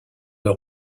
leur